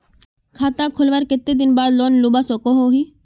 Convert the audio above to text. खाता खोलवार कते दिन बाद लोन लुबा सकोहो ही?